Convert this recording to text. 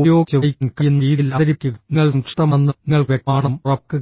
ഉപയോഗിച്ച് വായിക്കാൻ കഴിയുന്ന രീതിയിൽ അവതരിപ്പിക്കുക നിങ്ങൾ സംക്ഷിപ്തമാണെന്നും നിങ്ങൾക്ക് വ്യക്തമാണെന്നും ഉറപ്പാക്കുകയും